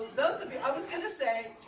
those of you. i was going to say,